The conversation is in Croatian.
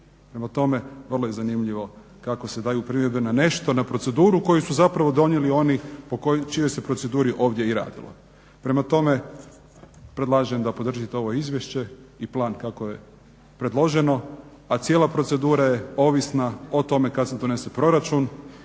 Prema tome, vrlo je zanimljivo kako se daje primjedbe na nešto, na proceduru koju su zapravo donijeli oni po čijoj se proceduri ovdje i radilo. Prema tome, predlažem da podržite ovo izvješće i plan kako je predloženo, a cijela procedura je ovisna o tome kad se donese proračun